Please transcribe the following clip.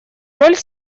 роль